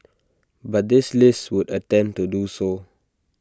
but this list would attempt to do so